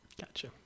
Gotcha